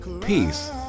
peace